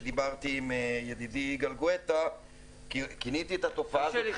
כשדיברתי עם ידידי יגאל גואטה --- תרשה לי,